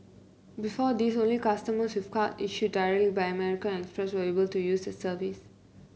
before this only customers with cards issued directly by American Express were able to use the service